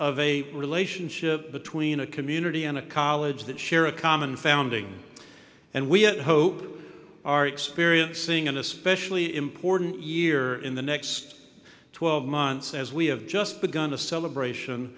of a relationship between a community and a college that share a common founding and we hope are experiencing an especially important year in the next twelve months as we have just begun a celebration